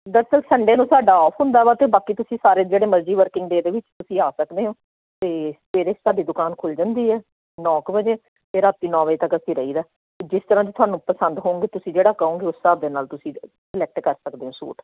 ਦਰਅਸਲ ਸੰਡੇ ਨੂੰ ਸਾਡਾ ਆਫ ਹੁੰਦਾ ਵਾ ਅਤੇ ਬਾਕੀ ਤੁਸੀਂ ਸਾਰੇ ਜਿਹੜੇ ਮਰਜ਼ੀ ਵਰਕਿੰਗ ਡੇ ਦੇ ਵਿੱਚ ਤੁਸੀਂ ਆ ਸਕਦੇ ਹੋ ਅਤੇ ਸਵੇਰੇ ਸਾਡੀ ਦੁਕਾਨ ਖੁੱਲ੍ਹ ਜਾਂਦੀ ਹੈ ਨੌਂ ਕੁ ਵਜੇ ਅਤੇ ਰਾਤੀ ਨੌਂ ਵਜੇ ਤੱਕ ਅਸੀਂ ਰਹੀ ਦਾ ਜਿਸ ਤਰ੍ਹਾਂ ਦੀ ਤੁਹਾਨੂੰ ਪਸੰਦ ਹੋਣਗੇ ਤੁਸੀਂ ਜਿਹੜਾ ਕਹੋਗੇ ਉਸ ਹਿਸਾਬ ਦੇ ਨਾਲ ਤੁਸੀਂ ਸਿਲੈਕਟ ਕਰ ਸਕਦੇ ਹੋ ਸੂਟ